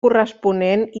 corresponent